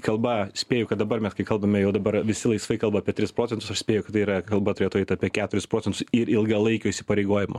kalba spėju kad dabar mes kai kalbame jau dabar visi laisvai kalba apie tris procentus už spėju tai yra kalba turėtų eiti apie keturis procentus ir ilgalaikių įsipareigojimų